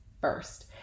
first